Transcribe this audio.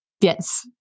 Yes